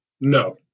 No